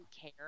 care